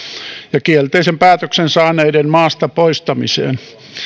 ja kielteisen päätöksen saaneiden maasta poistamiseen